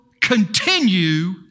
continue